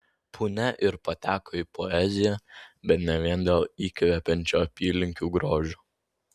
punia ir pateko į poeziją bet ne vien dėl įkvepiančio apylinkių grožio